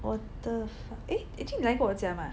我的 fa~ eh actually 你来过我家吗